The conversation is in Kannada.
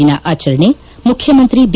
ದಿನ ಆಚರಣೆ ಮುಖ್ಯಮಂತ್ರಿ ಬಿ